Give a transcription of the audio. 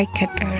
ah kick